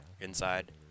inside